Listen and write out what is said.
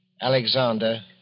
Alexander